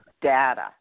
data